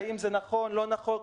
אם זה נכון או לא נכון,